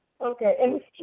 okay